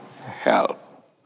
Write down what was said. help